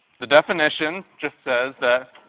the definition just says that